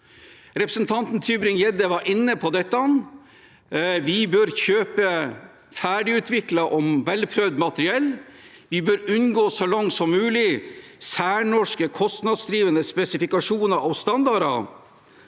Representanten Tybring-Gjedde var inne på dette: Vi bør kjøpe ferdigutviklet og velprøvd materiell, vi bør så langt som mulig unngå særnorske kostnadsdrivende spesifikasjoner og standarder,